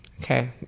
Okay